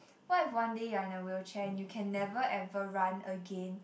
what if one day you're in a wheelchair and you can never ever run again